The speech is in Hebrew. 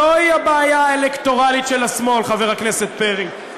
זוהי הבעיה האלקטורלית של השמאל, חבר הכנסת פרי.